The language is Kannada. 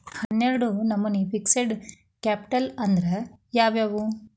ಹನ್ನೆರ್ಡ್ ನಮ್ನಿ ಫಿಕ್ಸ್ಡ್ ಕ್ಯಾಪಿಟ್ಲ್ ಅಂದ್ರ ಯಾವವ್ಯಾವು?